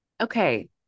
Okay